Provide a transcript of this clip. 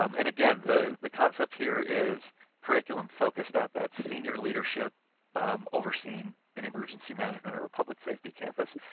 um and, again, the the concept here is curriculum focused at that senior leadership overseeing an emergency management or public safety campus,